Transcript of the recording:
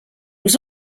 was